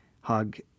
hug